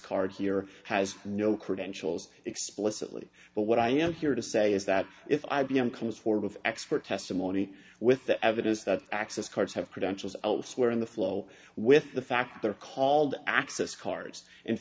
card here has no credentials explicitly but what i am here to say is that if i b m comes form of expert testimony with the evidence that access cards have credentials elsewhere in the flow with the fact they're called access cards and